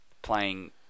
Playing